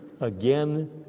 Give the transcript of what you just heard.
again